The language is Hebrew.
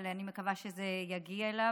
אבל אני מקווה שזה יגיע אליו,